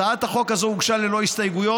הצעת החוק הזאת הוגשה ללא הסתייגויות,